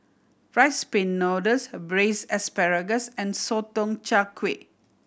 Rice Pin Noodles braise asparagus and Sotong Char Kway